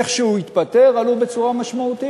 איך שהוא התפטר, הם עלו בצורה משמעותית.